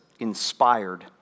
inspired